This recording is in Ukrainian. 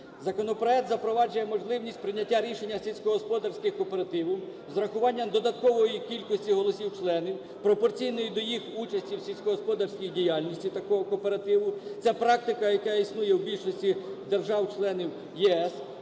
Законопроект запроваджує можливість прийняття рішення сільськогосподарських кооперативів з урахуванням додаткової кількості голосів членів, пропорційної до їх участі в сільськогосподарській діяльності такого кооперативну. Ця практика, яка існує в більшості держав–членів ЄС,